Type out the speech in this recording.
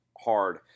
hard